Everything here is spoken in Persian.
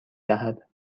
دهد